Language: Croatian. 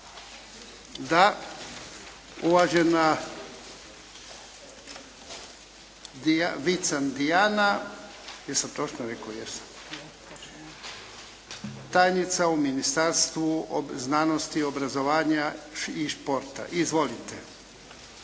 Da. Uvažena Vican Dijana, tajnica u Ministarstvu znanosti, obrazovanja i športa. Izvolite.